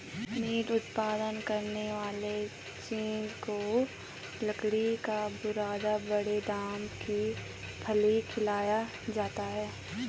meet उत्पादन करने वाले चूजे को लकड़ी का बुरादा बड़दम की फली खिलाया जाता है